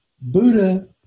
Buddha